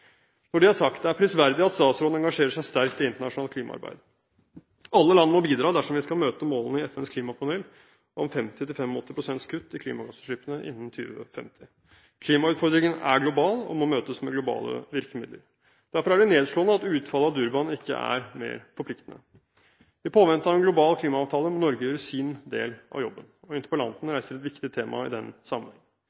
Når det er sagt: Det er prisverdig at statsråden engasjerer seg sterkt i internasjonalt klimaarbeid. Alle land må bidra dersom vi skal møte målene i FNs klimapanel om 50–85 pst. kutt i klimagassutslippene innen 2050. Klimautfordringen er global og må møtes med globale virkemidler. Derfor er det nedslående at utfallet av Durban-konferansen ikke er mer forpliktende. I påvente av en global klimaavtale må Norge gjøre sin del av jobben, og interpellanten